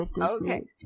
Okay